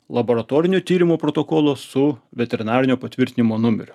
laboratorinio tyrimo protokolo su veterinarinio patvirtinimo numeriu